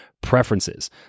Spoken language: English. preferences